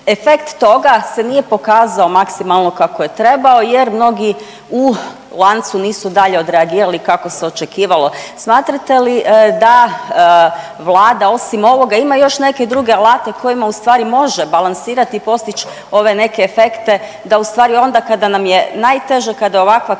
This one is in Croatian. efekt toga se nije pokazao maksimalno kako je trebao jer mnogi u lanci nisu dalje odreagirali kako se očekivalo. Smatrate li da Vlada osim ovoga ima još neke druge alate kojima ustvari može balansirati i postić ove neke efekte da ustvari onda kada nam je najteže, kada je ovakva kriza,